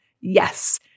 yes